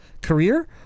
career